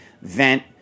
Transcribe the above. vent